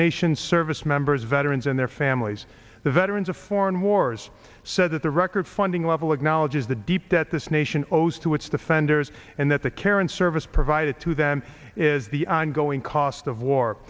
nation's service members veterans and their families the veterans of foreign wars said that the record funding level acknowledges the deep debt this nation owes to its defenders and that the care and service provided to them is the ongoing cost of war